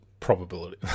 probability